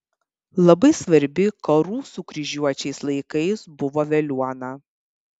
labai svarbi karų su kryžiuočiais laikais buvo veliuona